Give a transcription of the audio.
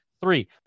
Three